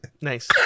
nice